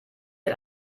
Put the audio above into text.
hat